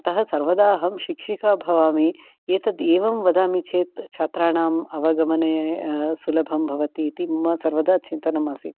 अतः सर्वदा अहं शिक्षिका भवामि एतत् एवं वदामि चेत् छात्राणाम् अवगमने सुलभं भवति इति मम सर्वदा चिन्तनम् आसीत्